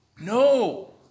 No